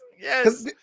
Yes